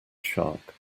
shark